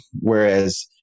whereas